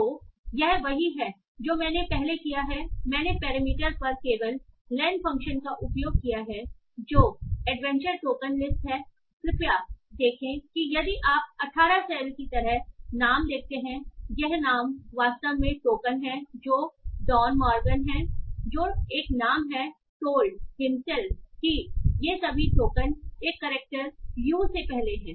तो यह वही है जो मैंने पहले किया है मैंने पैरामीटर पर केवल लेन फ़ंक्शन का उपयोग किया है जो एडवेंचर टोकन लिस्ट है कृपया देखें कि यदि आप यहाँ 18 सेल की तरह नाम देखते हैं यह नाम वास्तव में टोकन हैं जो डॉन मॉर्गन हैं जो एक नाम है टोल्ड हिमसेल्फ हि ये सभी टोकन एक करैक्टर यू से पहले हैं